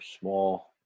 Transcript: small